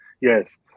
yes